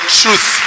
truth